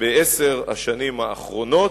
בעשר השנים האחרונות.